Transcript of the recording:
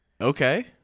Okay